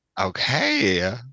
Okay